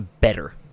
better